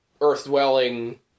Earth-dwelling